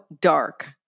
dark